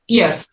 yes